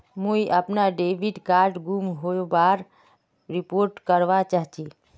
मुई अपना debit card गूम होबार रिपोर्ट करवा चहची